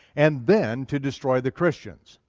and then, to destroy the christians.